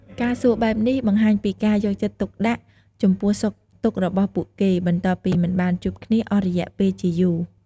ការសួរបែបនេះ បង្ហាញពីការយកចិត្តទុកដាក់ចំពោះសុខទុក្ខរបស់ពួកគេ បន្ទាប់ពីមិនបានជួបគ្នាអស់រយៈពេលជាយូរ។